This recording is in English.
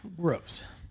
Gross